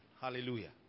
Hallelujah